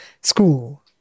school